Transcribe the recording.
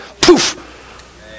poof